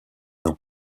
nom